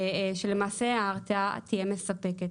ההרתעה תהיה מספקת.